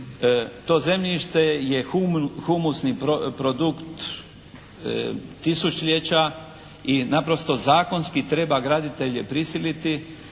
to zemljište je humusni produkt tisućljeća i naprosto zakonski treba graditelje prisiliti